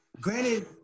granted